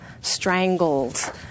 strangled